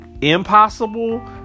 impossible